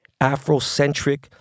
Afrocentric